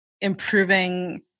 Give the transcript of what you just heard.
improving